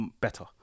better